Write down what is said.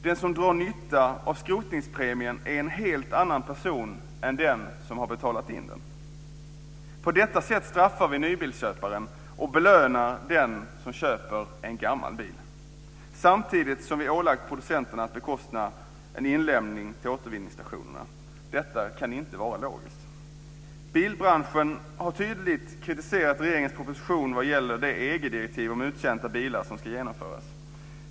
Den som drar nytta av skrotningspremien är en helt annan person än den som har betalat in den. På detta sätt straffar vi nybilsköparen och belönar den som köper en gammal bil. Samtidigt har vi ålagt producenterna att bekosta en inlämning till återvinningsstationerna. Detta kan inte var logiskt. Bilbranschen har tydligt kritiserat regeringens proposition vad gäller det EG-direktiv om uttjänta bilar som ska införas.